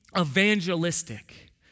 evangelistic